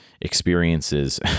experiences